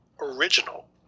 original